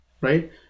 right